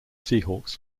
seahawks